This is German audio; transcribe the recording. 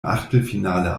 achtelfinale